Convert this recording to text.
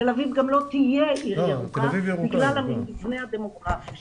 תל אביב גם לא תהיה עיר ירוקה בגלל המבנה הדמוגרפי שלה.